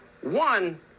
One